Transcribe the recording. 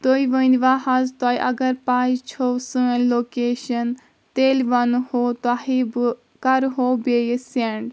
تُہۍ ؤنۍوا حظ تۄہہِ اگر پاے چھو سٲنۍ لوکیشن تیٚلہِ ونہو تۄہہِ بہٕ کرہو بیٚیہِ سینڈ